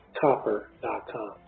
copper.com